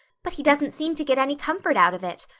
but he doesn't seem to get any comfort out of it.